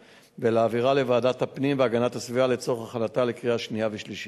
ולהעבירה לוועדת הפנים והגנת הסביבה לצורך הכנתה לקריאה שנייה ושלישית.